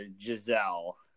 Giselle